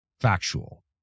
factual